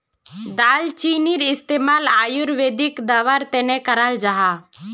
दालचीनीर इस्तेमाल आयुर्वेदिक दवार तने कराल जाहा